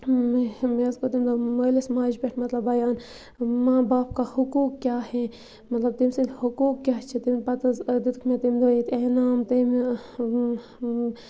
مےٚ مےٚ حظ کوٚر تمہِ دۄہ مٲلِس ماجہِ پٮ۪ٹھ مطلب بَیان ماں باپ کا حقوٗق کیا ہے مطلب تٔمۍ سٕنٛدۍ حقوٗق کیٛاہ چھِ تمہِ پَتہٕ حظ دِتُکھ مےٚ تمہِ دۄہ ییٚتہِ انعام تمہِ